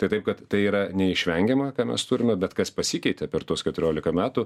tai taip kad tai yra neišvengiama ką mes turime bet kas pasikeitė per tuos keturiolika metų